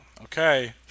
Okay